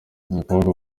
abakobwa